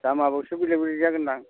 दामाबि एसे बुरजा बुरजा जागोनदां